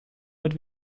mit